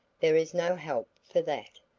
there is no help for that,